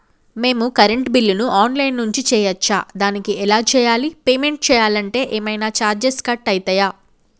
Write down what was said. మేము కరెంటు బిల్లును online నుంచి చేయచ్చా? దానికి ఎలా చేయాలి? పేమెంట్ చేయాలంటే ఏమైనా చార్జెస్ కట్ అయితయా?